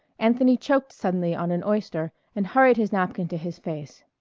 anthony choked suddenly on an oyster and hurried his napkin to his face.